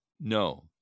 No